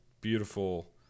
beautiful